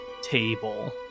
table